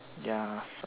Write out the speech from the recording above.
ya